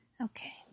Okay